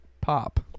pop